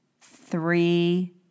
Three